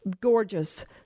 gorgeous